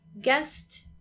guest